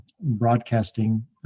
broadcasting